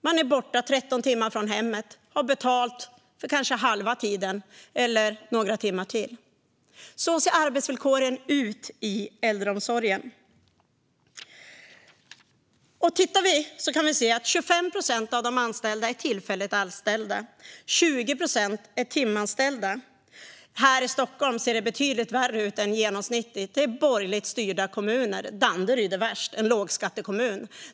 De är borta 13 timmar från hemmet och har betalt för kanske halva den tiden eller några timmar till. Så ser arbetsvillkoren ut i äldreomsorgen. Vi kan se att 25 procent av de anställda har tillfälliga anställningar. 20 procent är timanställda. Här i Stockholm ser det betydligt värre ut än genomsnittligt. Det är borgerligt styrda kommuner. Danderyd, en lågskattekommun, är värst.